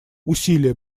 усилия